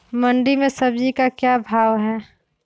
मंडी में सब्जी का क्या भाव हैँ?